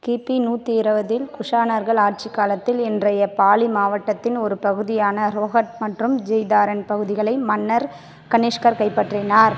கிபி நூற்றி இருபதில் குஷானர்கள் ஆட்சிக் காலத்தில் இன்றைய பாலி மாவட்டத்தின் ஒரு பகுதியான ரோஹட் மற்றும் ஜெய்தாரன் பகுதிகளை மன்னர் கனிஷ்கர் கைப்பற்றினார்